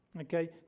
Okay